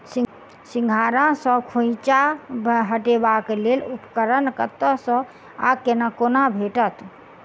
सिंघाड़ा सऽ खोइंचा हटेबाक लेल उपकरण कतह सऽ आ कोना भेटत?